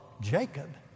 Jacob